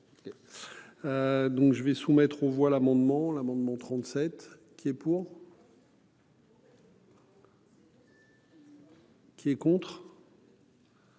Donc je vais soumettre aux voix l'amendement l'amendement 37 qui est pour. Qui est contre.